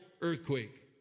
earthquake